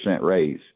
raise